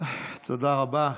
תודה רבה.